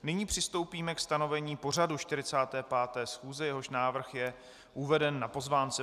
Nyní přistoupíme ke stanovení pořadu 45. schůze, jehož návrh je uveden na pozvánce.